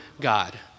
God